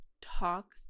talk